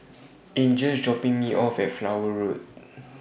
Angel IS dropping Me off At Flower Road